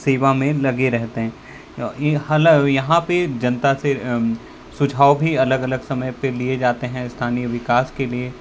सेवा में लगे रहते हैं यहाँ पे जनता से सुझाव भी अलग अलग समय पे लिए जाते हैं स्थानीय विकास के लिए